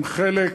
והם חלק